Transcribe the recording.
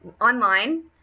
online